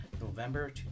November